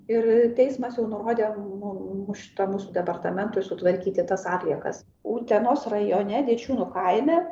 ir teismas jau nurodė mum šimat mūsų departamentui sutvarkyti tas atliekas utenos rajone dičiūnų kaime